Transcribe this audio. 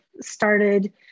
started